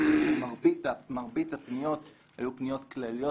מרבית הפניות היו פניות כלליות,